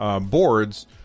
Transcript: boards